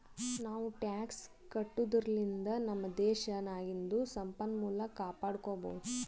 ನಾವೂ ಟ್ಯಾಕ್ಸ್ ಕಟ್ಟದುರ್ಲಿಂದ್ ನಮ್ ದೇಶ್ ನಾಗಿಂದು ಸಂಪನ್ಮೂಲ ಕಾಪಡ್ಕೊಬೋದ್